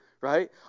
right